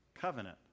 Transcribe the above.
Covenant